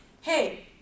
hey